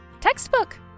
Textbook